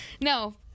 No